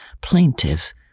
plaintive